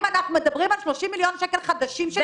מדברים על 30 מיליון שקל חדשים שנכנסים.